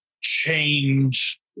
change